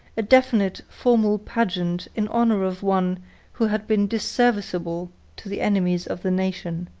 a definite, formal pageant in honor of one who had been disserviceable to the enemies of the nation.